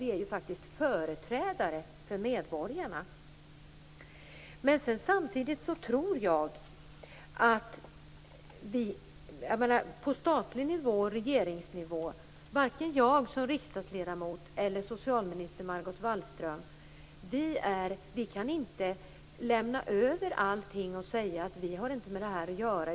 Vi är ju faktiskt medborgarnas företrädare. Vi på statlig nivå och regeringsnivå - jag som riksdagsledamot eller socialminister Margot Wallström - kan inte lämna över allt och säga att vi inte har med detta att göra.